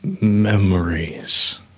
memories